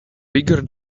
bigger